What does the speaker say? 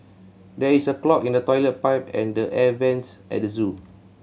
there is a clog in the toilet pipe and the air vents at the zoo